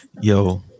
Yo